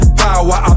power